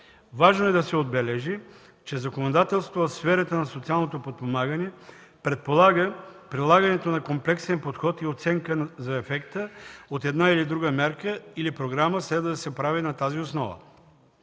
Важно е да се отбележи, че законодателството в сферата на социалното подпомагане предполага прилагането на комплексен подход и оценката за ефекта от една или друга мярка или програма следва да се прави на тази основа.